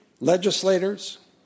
legislators